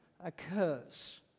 occurs